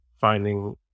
finding